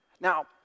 now